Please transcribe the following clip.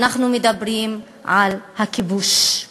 אנחנו מדברים על הכיבוש.